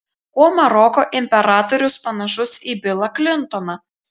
kuo maroko imperatorius panašus į bilą klintoną